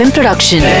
Production